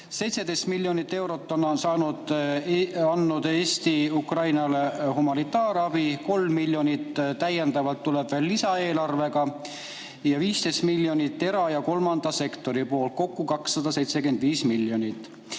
17 miljonit eurot on andnud Eesti Ukrainale humanitaarabi, 3 miljonit täiendavalt tuleb veel lisaeelarvega ja 15 miljonit era‑ ja kolmandalt sektorilt, kokku 275 miljonit.